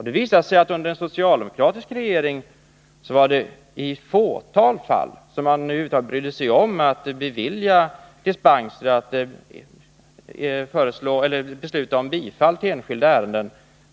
Det visar sig att under socialdemokratisk regeringstid var det i ett fåtal fall som man över huvud taget brydde sig om att bevilja dispenser, att besluta om bifall till enskilda ärenden.